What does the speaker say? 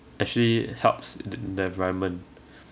actually helps the the environment